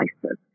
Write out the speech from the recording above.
places